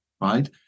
Right